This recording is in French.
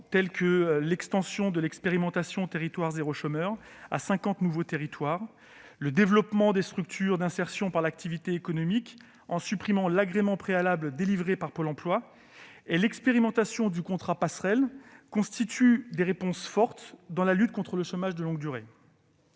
telles que l'extension de l'expérimentation « territoires zéro chômeur de longue durée » à cinquante nouveaux territoires, le développement des structures d'insertion par l'activité économique, grâce à la suppression de l'agrément préalable délivré par Pôle emploi, et l'expérimentation du « contrat passerelle », constituent des réponses fortes dans la lutte contre le chômage de longue durée.